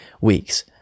weeks